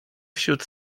wśród